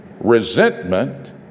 resentment